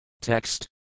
Text